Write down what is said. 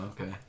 okay